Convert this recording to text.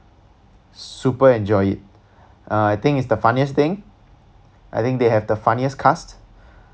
super enjoy it uh I think it's the funniest thing I think they have the funniest cast